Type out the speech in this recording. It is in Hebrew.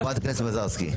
חברת הכנסת מזרסקי.